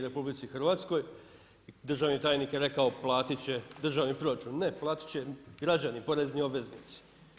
Državni tajnik je rekao, platiti će državni proračun, ne platiti će građani, porezni obveznici.